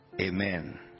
Amen